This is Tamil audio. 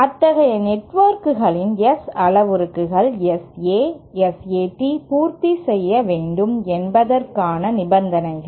அத்தகைய நெட்வொர்க்குகளின் S அளவுருக்கள் Sa Sat பூர்த்தி செய்ய வேண்டும் என்பதற்கான நிபந்தனைகள்